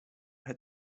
had